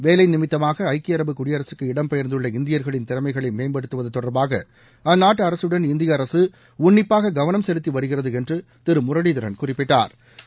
வேலை நிமித்தமாக ஐக்கிய அரபு குடியரசுக்கு இடம் பெயர்ந்துள்ள இந்தியர்களின் திறமைகளை மேம்படுத்துவது தொடர்பாக அந்நாட்டு அரசுடன் இந்திய அரசு உன்னிப்பாக கவனம் செலுத்தி வருகிறது என்று திரு முரளிதரன் குறிப்பிட்டாா்